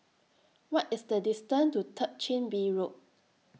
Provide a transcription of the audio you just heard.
What IS The distance to Third Chin Bee Road